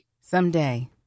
Someday